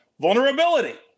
vulnerability